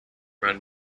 run